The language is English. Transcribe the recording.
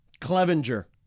Clevenger